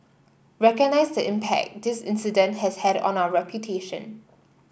recognise the impact this incident has had on our reputation